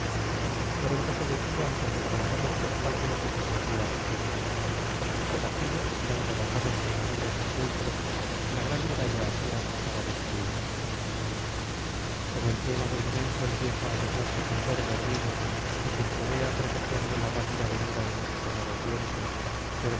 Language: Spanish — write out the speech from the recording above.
pronto se detuvo ante el vergonzoso espectáculo que se ofreció á sus ojos los aquivos eran derrotados por los feroces teucros y la gran muralla aquea estaba destruida como el piélago inmenso empieza á rizarse con sordo ruido y purpurea presagiando la rápida venida de los sonoros vientos